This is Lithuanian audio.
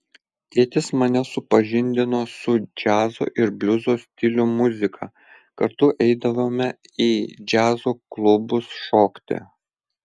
tėtis mane supažindino su džiazo ir bliuzo stilių muzika kartu eidavome į džiazo klubus šokti